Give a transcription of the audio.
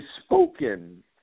spoken